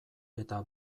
eta